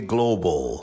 Global